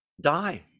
die